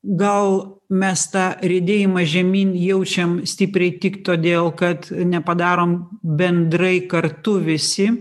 gal mes tą riedėjimą žemyn jaučiam stipriai tik todėl kad nepadarom bendrai kartu visi